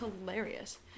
hilarious